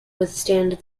withstand